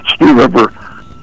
remember